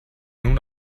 nun